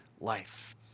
life